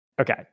okay